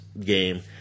game